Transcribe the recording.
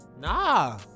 Nah